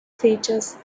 features